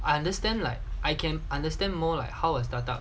I understand like I can understand more like how a startup